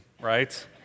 right